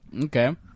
Okay